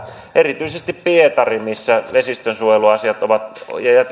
erityisesti pietarissa vesistönsuojeluasiat ja